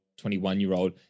21-year-old